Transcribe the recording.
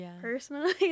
personally